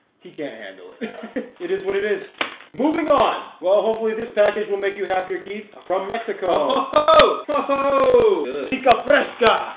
he can't handle it it is what it is moving on well, hopefully this package will make you happier keith from mexico oh oh pica fresca.